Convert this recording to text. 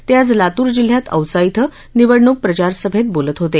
ते आज लातूर जिल्ह्यात औसा िंग निवडणूक प्रचारसभेत बोलत होते